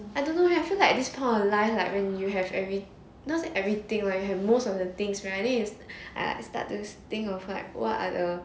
I don't know leh I feel like this point of life like when you have every not say everything lah you have most of the things right then you sudden think of like what are the